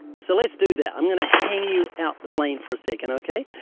so, let's do that. i'm going to hang you out the plane for a second, okay?